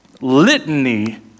litany